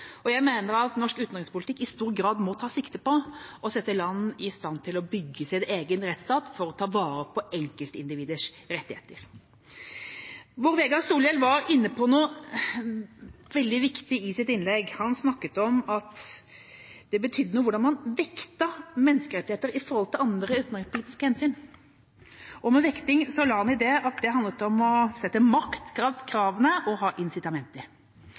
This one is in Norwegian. og å etablere en rettsstat. Jeg mener at norsk utenrikspolitikk i stor grad må ta sikte på å sette land i stand til å bygge sin egen rettsstat for å ta vare på enkeltindividers rettigheter. Bård Vegar Solhjell var inne på noe veldig viktig i sitt innlegg. Han snakket om at det betydde noe hvordan man vektet menneskerettigheter i forhold til andre utenrikspolitiske hensyn. I vekting la han at det handlet om å sette makt bak kravene og ha incitamenter. Jeg er delvis enig i